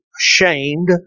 ashamed